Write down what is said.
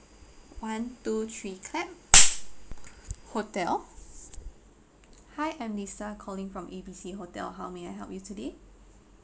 one two three clap hotel hi I'm lisa calling from A B C hotel how may I help you today